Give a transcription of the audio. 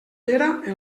pere